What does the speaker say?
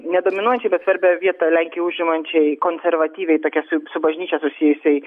ne dominuojančiai bet svarbią vieta lenkijoj užimančiai konservatyviai tokia su su bažnyčia susijusiai